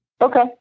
Okay